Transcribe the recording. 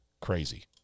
crazy